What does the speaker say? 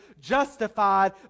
justified